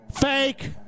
Fake